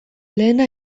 lehena